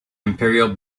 imperial